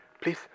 Please